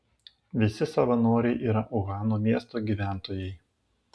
visi savanoriai yra uhano miesto gyventojai